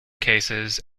cases